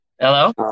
Hello